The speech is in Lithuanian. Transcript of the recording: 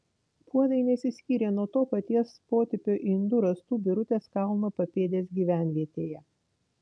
puodai nesiskyrė nuo to paties potipio indų rastų birutės kalno papėdės gyvenvietėje